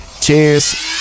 Cheers